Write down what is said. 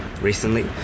recently